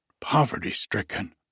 poverty-stricken